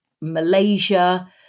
Malaysia